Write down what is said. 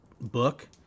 book